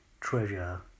Treasure